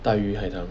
大鱼海棠